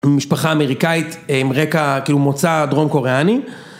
משפחה אמריקאית עם רקע, כאילו, מוצא דרום-קוריאני